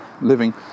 living